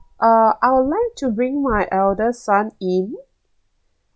uh I would like to bring my elder son in